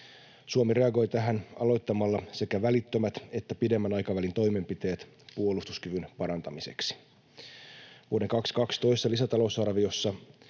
Suomi reagoi tähän aloittamalla sekä välittömät että pidemmän aikavälin toimenpiteet puolustuskyvyn parantamiseksi. Vuoden 22 toisessa lisätalousarviossa